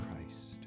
Christ